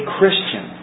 Christian